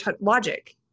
logic